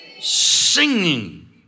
singing